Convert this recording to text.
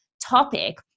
topic